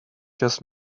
just